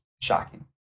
shocking